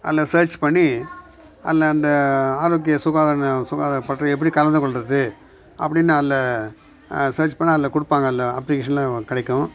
அதில் சர்ச் பண்ணி அதில் அந்த ஆரோக்கிய சுகாதாரன்ன சுகாதார பட்டறை எப்படி கலந்துக்கொள்கிறது அப்படினு நான் அதில் சர்ச் பண்ணால் அதில் கொடுப்பாங்கள்ல அப்ளிகேஷனெல்லாம் கிடைக்கும்